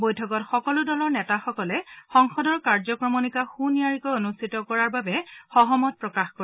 বৈঠকত সকলো দলৰ নেতাসকলে সংসদৰ কাৰ্যক্ৰমনিকা সুনিয়াৰিকৈ অনুষ্ঠিত কৰাৰ সহমত প্ৰকাশ কৰে